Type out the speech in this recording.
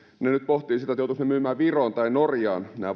he nyt pohtivat joutuvatko he myymään viroon tai norjaan nämä